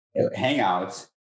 Hangouts